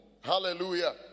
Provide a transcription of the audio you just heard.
Hallelujah